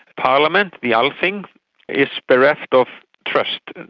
parliament, the althing, is bereft of trust.